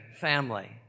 family